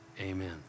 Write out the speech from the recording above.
amen